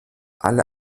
alle